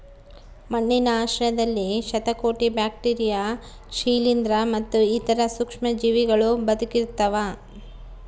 ಮಣ್ಣಿನ ಆಶ್ರಯದಲ್ಲಿ ಶತಕೋಟಿ ಬ್ಯಾಕ್ಟೀರಿಯಾ ಶಿಲೀಂಧ್ರ ಮತ್ತು ಇತರ ಸೂಕ್ಷ್ಮಜೀವಿಗಳೂ ಬದುಕಿರ್ತವ